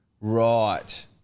right